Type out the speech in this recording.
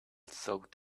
soaked